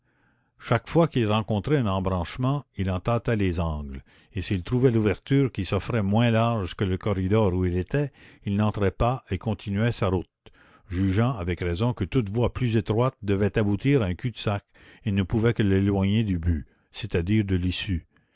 chaque fois qu'il rencontrait un embranchement il en tâtait les angles et s'il trouvait l'ouverture qui s'offrait moins large que le corridor où il était il n'entrait pas et continuait sa route jugeant avec raison que toute voie plus étroite devait aboutir à un cul-de-sac et ne pouvait que l'éloigner du but c'est-à-dire de l'issue